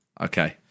okay